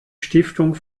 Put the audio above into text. stiftung